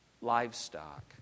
livestock